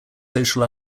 social